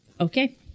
Okay